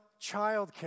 childcare